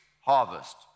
harvest